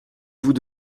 vous